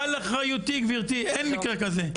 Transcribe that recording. על אחריותי גברתי, אין מקרה כזה.